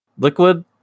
Liquid